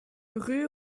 rue